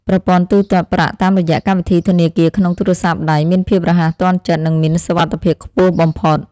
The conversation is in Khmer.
ប្រព័ន្ធទូទាត់ប្រាក់តាមរយៈកម្មវិធីធនាគារក្នុងទូរស័ព្ទដៃមានភាពរហ័សទាន់ចិត្តនិងមានសុវត្ថិភាពខ្ពស់បំផុត។